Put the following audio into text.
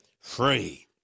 free